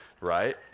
Right